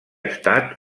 estat